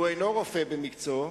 הוא אינו רופא במקצועו,